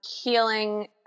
healing